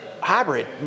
hybrid